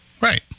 Right